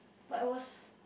but it was